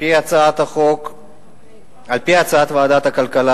על-פי הצעת ועדת הכלכלה,